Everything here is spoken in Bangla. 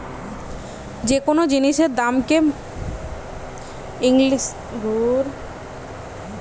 যে কোন জিনিসের দাম কে মোরা ইংলিশে প্রাইস বলতিছি